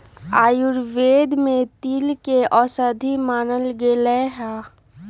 आयुर्वेद में तिल के औषधि मानल गैले है